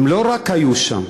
הם לא רק היו שם,